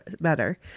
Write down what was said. better